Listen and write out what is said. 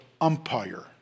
umpire